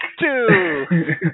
Two